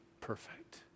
perfect